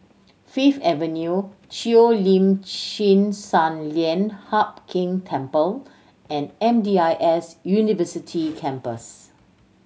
Fifth Avenue Cheo Lim Chin Sun Lian Hup Keng Temple and M D I S University Campus